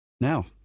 Now